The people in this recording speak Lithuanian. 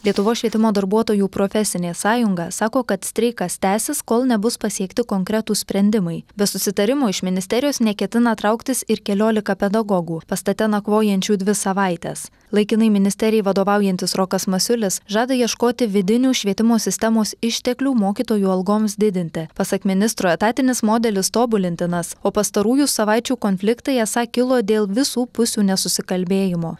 lietuvos švietimo darbuotojų profesinė sąjunga sako kad streikas tęsis kol nebus pasiekti konkretūs sprendimai be susitarimo iš ministerijos neketina trauktis ir keliolika pedagogų pastate nakvojančių dvi savaites laikinai ministerijai vadovaujantis rokas masiulis žada ieškoti vidinių švietimo sistemos išteklių mokytojų algoms didinti pasak ministro etatinis modelis tobulintinas o pastarųjų savaičių konfliktai esą kilo dėl visų pusių nesusikalbėjimo